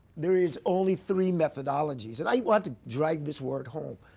there is only three methodologies. and i want to drag this word home.